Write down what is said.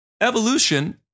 evolution